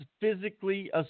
physically